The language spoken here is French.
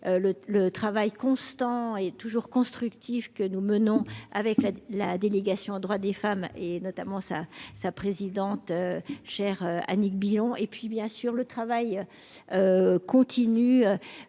le travail constant et toujours constructif que nous menons avec la la délégation aux droits des femmes et notamment sa sa présidente cher Annick Billon et puis bien sûr le travail. Continue.